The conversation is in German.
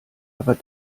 aber